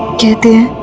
get the